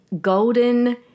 golden